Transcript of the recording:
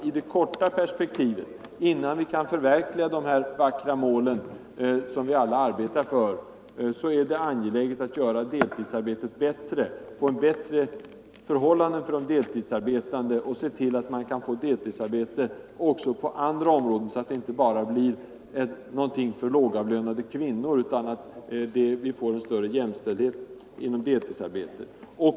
I det korta perspektivet, innan vi kan förverkliga de mål som vi alla arbetar för, är det angeläget att göra deltidsarbetet bättre, få till stånd bättre förhållanden för de deltidsarbetande och se till att mar kan få deltidsarbete på flera områden, så att deltidsarbete inte bara blir någonting för lågavlönade kvinnor. Alltså större jämställdhet inom deltidsarbetet.